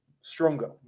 stronger